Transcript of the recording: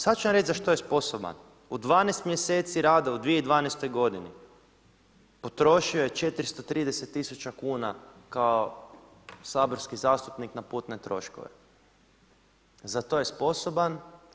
Sada ću vam reći za što je sposoban, u 12 mjeseci rada u 2012. godini potrošio je 430 tisuća kuna kao saborski zastupnik na putne troškove, za to je sposoban.